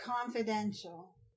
confidential